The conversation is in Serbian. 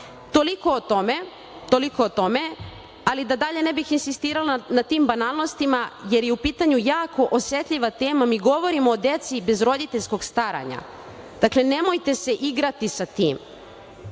Jadra.“Toliko o tome. Da dalje ne bih insistirala na tim banalnostima jer je u pitanju jako osetljiva tema. Mi govorimo o deci bez roditeljskog staranja. Nemojte se igrati sa tim.